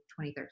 2013